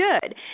good